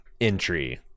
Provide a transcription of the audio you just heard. entry